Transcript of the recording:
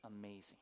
Amazing